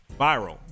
viral